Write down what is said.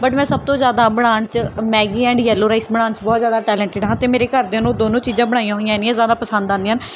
but ਮੈਂ ਸਭ ਤੋਂ ਜ਼ਿਆਦਾ ਬਣਾਉਣ 'ਚ ਮੈਗੀ ਐਂਡ ਯੈਲੋ ਰਾਈਸ ਬਣਾਉਣ 'ਚ ਬਹੁਤ ਜ਼ਿਆਦਾ ਟੈਲੈਂਟਿਡ ਹਾਂ ਅਤੇ ਮੇਰੇ ਘਰਦਿਆਂ ਨੂੰ ਦੋਨੋਂ ਚੀਜ਼ਾਂ ਬਣਾਈਆਂ ਹੋਈਆਂ ਐਨੀਆਂ ਜ਼ਿਆਦਾ ਪਸੰਦ ਆਉਂਦੀਆਂ